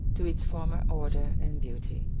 to its former order and beauty.